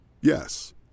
Yes